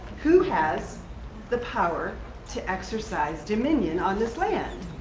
who has the power to exercise dominion on this land?